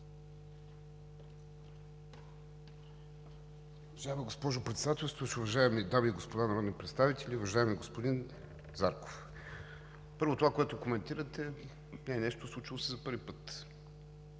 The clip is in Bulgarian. Уважаема госпожо Председателстващ, уважаеми дами и господа народни представители! Уважаеми господин Зарков, това, което коментирате, не е нещо, случило се за първи път.